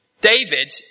David